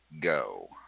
go